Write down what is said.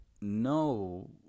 no